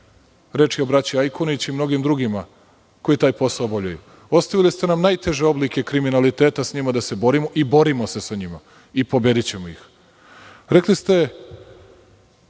Reč je o braći Ajkonić i mnogim drugima koji taj posao obavljaju. Ostavili ste nam najteže oblike kriminaliteta, sa njima da se borimo i borimo se sa njima i pobedićemo ih. Rekli ste